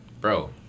Bro